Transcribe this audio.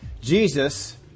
Jesus